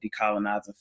decolonizing